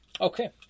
Okay